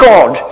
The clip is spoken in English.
God